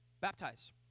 baptize